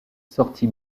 sortit